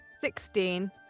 Sixteen